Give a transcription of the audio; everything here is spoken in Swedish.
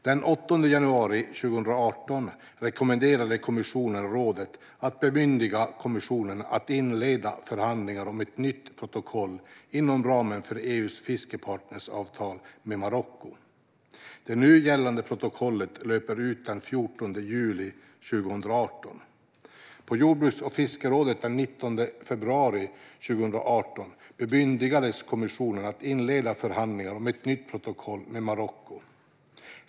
Den 8 januari 2018 rekommenderade kommissionen rådet att bemyndiga kommissionen att inleda förhandlingar om ett nytt protokoll inom ramen för EU:s fiskepartnersavtal med Marocko. Det nu gällande protokollet löper ut den 14 juli 2018. På jordbruks och fiskerådet den 19 februari 2018 bemyndigades kommissionen att inleda förhandlingar om ett nytt protokoll med Marocko.